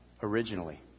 Originally